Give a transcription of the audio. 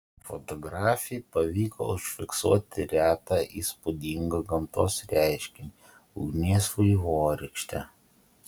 fotografei pavyko užfiksuoti retą ir įspūdingą gamtos reiškinį ugnies vaivorykštę